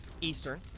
eastern